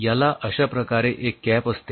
याला अश्याप्रकारे एक कॅप असते